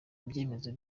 ibyemezo